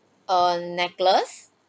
a necklace